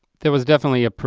there was definitely a,